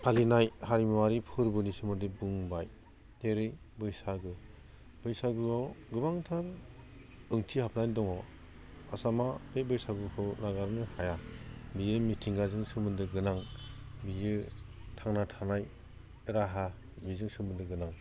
फालिनाय हारिमुवारि फोरबोनि सोमोन्दै बुंबाय जेरै बैसागु बैसागुआव गोबांथार ओंथि हाबनानै दङ आसामा बे बैसागुखौ नागारनो हाया बियो मिथिंगाजों सोमोन्दोगोनां बियो थांना थानाय राहा बिजों सोमोन्दोगोनां